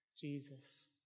Jesus